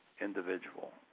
individual